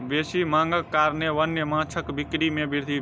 बेसी मांगक कारणेँ वन्य माँछक बिक्री में वृद्धि भेल